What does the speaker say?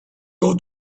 the